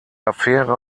affäre